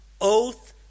oath